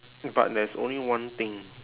but there's only one thing